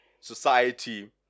Society